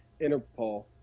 Interpol